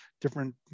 different